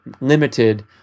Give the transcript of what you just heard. limited